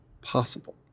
possible